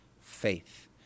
faith